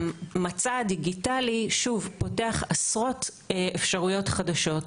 המצע הדיגיטלי, שוב, פותח עשרות אפשרויות חדשות.